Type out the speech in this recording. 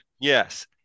yes